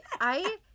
I-